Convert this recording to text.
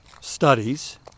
studies